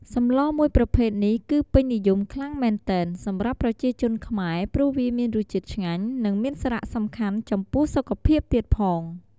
សម្លរមួយប្រភេទនេះគឺពេញនិយមខ្លាំងមែនទែនសម្រាប់ប្រជាជនខ្មែរព្រោះវាមានរសជាតិឆ្ងាញ់និងមានសារៈសំខាន់ចំពោះសុខភាពទៀតផង។